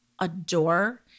adore